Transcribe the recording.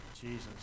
Jesus